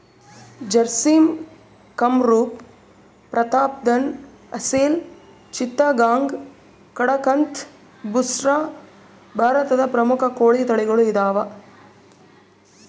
ಜರ್ಸಿಮ್ ಕಂರೂಪ ಪ್ರತಾಪ್ಧನ್ ಅಸೆಲ್ ಚಿತ್ತಗಾಂಗ್ ಕಡಕಂಥ್ ಬುಸ್ರಾ ಭಾರತದ ಪ್ರಮುಖ ಕೋಳಿ ತಳಿಗಳು ಇದಾವ